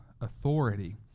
authority